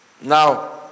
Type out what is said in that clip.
Now